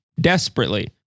desperately